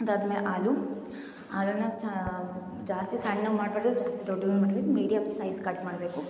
ಅದಾದಮೇಲೆ ಆಲೂ ಆಲೂನ ಚೆನ್ನಾಗ್ ಜಾಸ್ತಿ ಸಣ್ಣಗೆ ಮಾಡಬಾರ್ದು ಜಾಸ್ತಿ ದೊಡ್ಡನು ಮೀಡಿಯಮ್ ಸೈಜ್ ಕಟ್ಮಾಡಬೇಕು